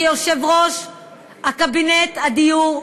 כיושב-ראש קבינט הדיור,